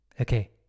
Okay